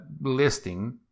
listing